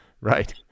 right